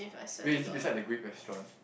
wait is it beside the Greek restaurant